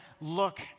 look